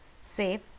save